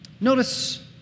Notice